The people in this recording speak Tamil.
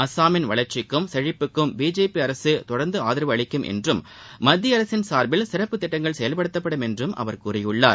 அஸ்ஸாமின் வளா்ச்சிக்கும் செழிப்புக்கும் பிஜேபி அரசு தொடா்ந்து ஆதரவு அளிக்கும் என்றும் மத்திய அரசின் சார்பில் சிறப்புத் திட்டங்கள் செயல்படுத்தப்படும் என்றும் அவர் கூறியுள்ளார்